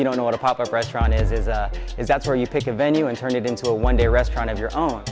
you don't know what a pop up restaurant is it is that's where you pick a venue and turn it into a one day restaurant of your own